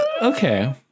Okay